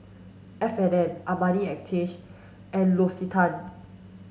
F and N Armani and L'Occitane